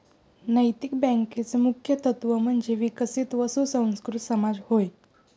नैतिक बँकेचे मुख्य तत्त्व म्हणजे विकसित व सुसंस्कृत समाज होय